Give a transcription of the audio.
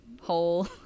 hole